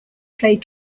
played